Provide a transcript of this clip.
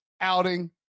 outing